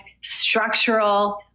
structural